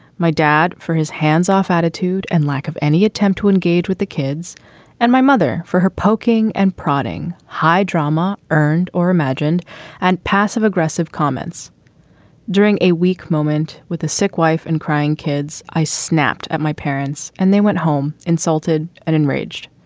my dad, for his hands off attitude and lack of any attempt to engage with the kids and my mother for her poking and prodding, high drama, earned or imagined and passive aggressive comments during a weak moment with a sick wife and crying kids. i snapped at my parents, and they went home, insulted and enraged.